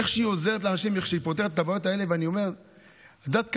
איך שהיא עוזרת לאנשים ואיך שהיא פותרת את הבעיות האלה.